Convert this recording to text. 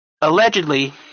Allegedly